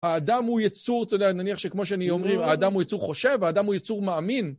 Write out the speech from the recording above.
האדם הוא ייצור, אתה יודע, נניח שכמו שאומרים, האדם הוא ייצור חושב, האדם הוא ייצור מאמין.